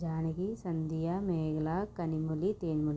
Janaki Sandhya Mekala Kanimozhi Thenmozhi